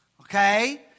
Okay